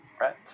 Right